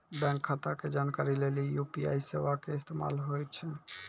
bank खाता के जानकारी लेली यू.पी.आई सेबा के इस्तेमाल होय छै